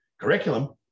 curriculum